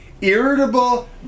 Irritable